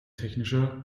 technischer